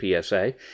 PSA